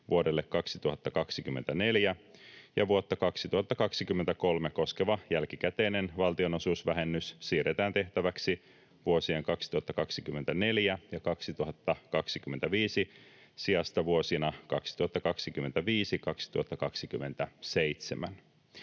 vuodelle 2024 ja vuotta 2023 koskeva jälkikäteinen valtionosuusvähennys siirretään tehtäväksi vuosien 2024 ja 2025 sijasta vuosina 2025—2027.